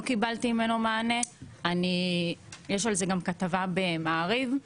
לא קיבלתי ממנו מענה, יש על זה גם כתבה במעריב,